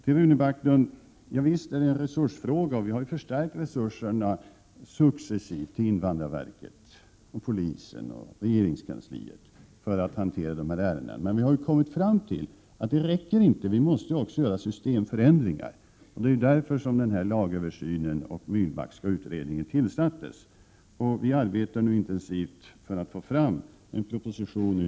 Till Rune Backlund: Visst är det en resursfråga, och vi har också successivt förstärkt resurserna till invandrarverket, polisen och regeringskansliet för att hantera de här ärendena. Men vi har kommit fram till att det inte räcker, utan att vi också måste göra systemförändringar. Det är därför som lagöversynen och den Myrbackska utredningen har tillsatts, och vi arbetar nu intensivt för att få fram en proposition.